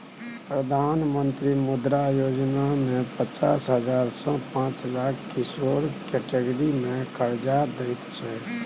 प्रधानमंत्री मुद्रा योजना मे पचास हजार सँ पाँच लाख किशोर कैटेगरी मे करजा दैत छै